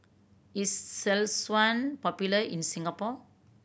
is Selsun popular in Singapore